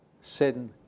sin